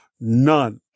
none